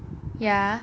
ya